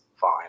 fine